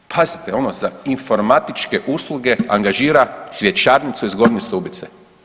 Pazite ono, za informatičke usluge angažira cvjećarnicu iz Gornje Stubice.